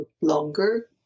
longer